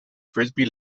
frisbee